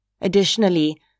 Additionally